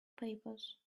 papers